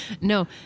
no